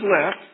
left